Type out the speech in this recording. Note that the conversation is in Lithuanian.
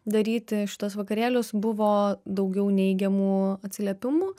daryti šituos vakarėlius buvo daugiau neigiamų atsiliepimų